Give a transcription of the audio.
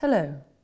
Hello